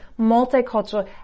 multicultural